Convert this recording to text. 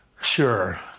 sure